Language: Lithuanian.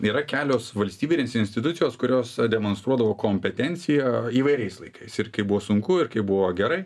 yra kelios valstybinės institucijos kurios demonstruodavo kompetenciją įvairiais laikais ir kai buvo sunku ir kai buvo gerai